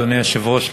אדוני היושב-ראש,